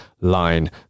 line